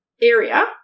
area